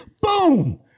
Boom